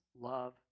love